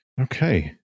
Okay